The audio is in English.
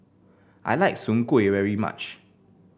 I like Soon Kueh very much